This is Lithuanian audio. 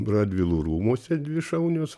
radvilų rūmuose dvi šaunios